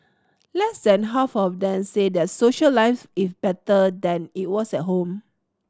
less than half of them say their social life is better than it was at home